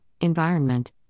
environment